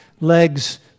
legs